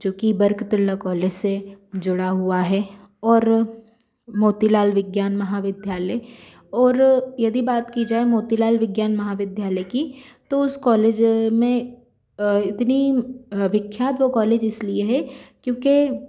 चूंकि बरकतुल्ला कॉलेज से जुड़ा हुआ है और मोतीलाल विज्ञान महाविद्यालय और यदि बात की जाए मोतीलाल विज्ञान महाविद्यालय की तो उस कॉलेज में इतनी विख्यात वह कॉलेज इसलिए है क्योंकि